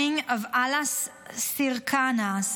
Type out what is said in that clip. bombing of Alas Chircanas